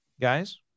guys